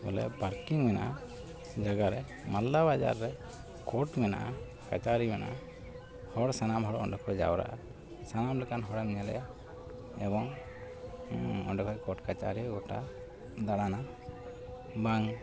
ᱵᱚᱞᱮ ᱯᱟᱨᱠᱤᱝ ᱢᱮᱱᱟᱜᱼᱟ ᱡᱟᱭᱜᱟᱨᱮ ᱢᱟᱞᱫᱟ ᱵᱟᱡᱟᱨ ᱨᱮ ᱠᱳᱨᱴ ᱢᱮᱱᱟᱜᱼᱟ ᱠᱟᱪᱷᱟᱨᱤ ᱢᱮᱱᱟᱜᱼᱟ ᱦᱚᱲ ᱥᱟᱱᱟᱢ ᱦᱚᱲ ᱚᱸᱰᱮᱠᱚ ᱡᱟᱣᱨᱟᱜᱼᱟ ᱥᱟᱱᱟᱢ ᱞᱮᱠᱟᱱ ᱦᱚᱲᱮᱢ ᱧᱮᱞᱮᱭᱟ ᱮᱵᱚᱝ ᱚᱸᱰᱮ ᱠᱷᱚᱱ ᱠᱳᱨᱴᱼᱠᱟᱪᱷᱟᱨᱤ ᱜᱚᱴᱟᱭ ᱫᱟᱬᱟᱱᱟ ᱵᱟᱝ